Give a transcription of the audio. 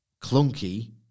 Clunky